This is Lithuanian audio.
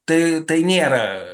tai tai nėra